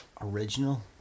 original